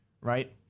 right